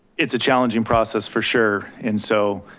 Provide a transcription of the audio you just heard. it's a challenging process for sure. and so,